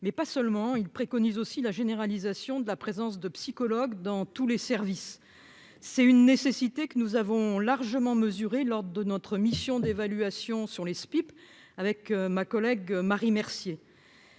mais pas seulement, il préconise aussi la généralisation de la présence de psychologues dans tous les services, c'est une nécessité que nous avons largement mesuré lors de notre mission d'évaluation sur les SPIP avec ma collègue Marie Mercier